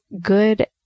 good